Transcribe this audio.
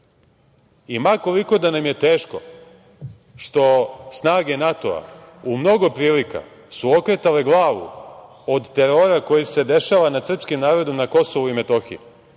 ma koliko da nam je teško što snage NATO-a u mnogo prilika su okretale glavu od terora koji se dešava nad srpskim narodom na Kosovu i Metohiji,